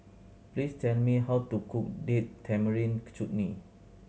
please tell me how to cook Date Tamarind Chutney